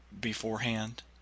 beforehand